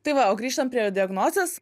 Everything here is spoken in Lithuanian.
tai va o grįžtant prie diagnozės